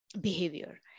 behavior